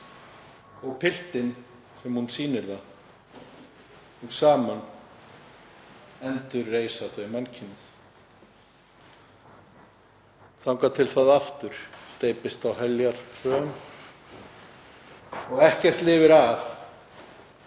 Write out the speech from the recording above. og piltinn sem hún sýnir það. Saman endurreisa þau mannkynið, þangað til það aftur steypist á heljarþröm og ekkert lifir af